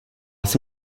jsi